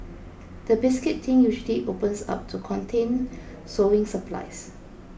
the biscuit tin usually opens up to contain sewing supplies